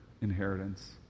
inheritance